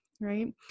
right